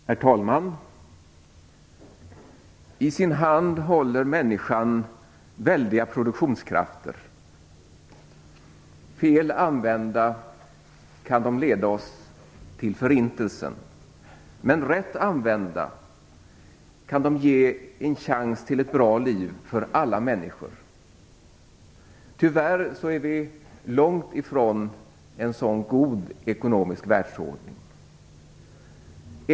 Herr talman! I sin hand håller människan väldiga produktionskrafter. Fel använda kan de leda oss till förintelsen. Men rätt använda kan de ge en chans till ett bra liv för alla människor. Tyvärr är vi långt ifrån en sådan god ekonomisk världsordning.